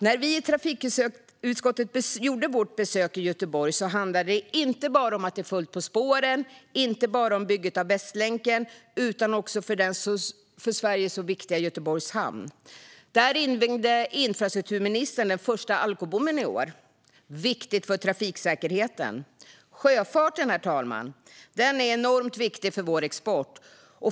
När vi i trafikutskottet gjorde vårt besök i Göteborg handlade det inte bara om att det är fullt på spåren och om bygget av Västlänken utan också om den för Sverige så viktiga Göteborgs hamn. Där invigde infrastrukturministern i år den första alkobommen. Det är viktigt för trafiksäkerheten. Herr talman! Sjöfarten är enormt viktig för vår export.